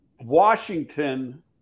Washington